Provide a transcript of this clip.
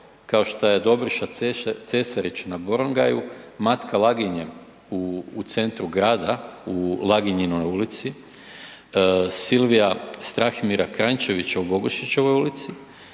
kao šta je Dobriša Cesarić na Borongaju, Matka Laginje u centru grada u Laginjinoj ulici, Silvija Strahimira Kranjčevića u Bogišićevoj ulici,